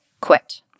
quit